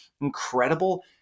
incredible